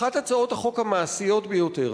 אחת מהצעות החוק המעשיות ביותר,